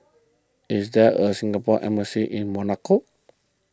is there a Singapore Embassy in Monaco